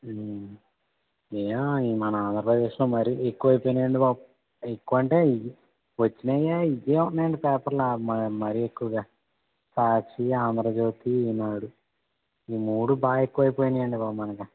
ఏమో మన ఆంధ్రప్రదేశ్లో మరీ ఎక్కువైపోయినాయండి బాబూ ఎక్కువ అంటే వచ్చినవే ఇవే ఉన్నాయండి పేపర్లు మరీ ఎక్కువుగా సాక్షి ఆంధ్రజ్యోతి ఈనాడు ఈ మూడూ బాగ ఎక్కువైపోయినాయండి బాబు మనకి